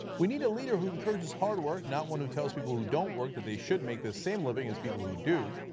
we need a leader who encourages hard work, not one who tells people who don't work that they should make the same living at people who do.